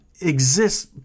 exists